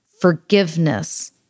forgiveness